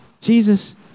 Jesus